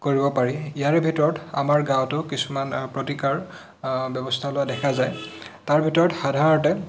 কৰিব পাৰি ইয়াৰে ভিতৰত আমাৰ গাঁৱতো কিছুমান প্ৰতিকাৰ ব্যৱস্থা লোৱা দেখা যায় তাৰ ভিতৰত সাধাৰণতে